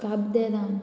काब दे राम